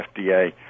fda